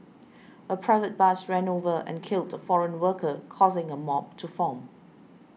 a private bus ran over and killed a foreign worker causing a mob to form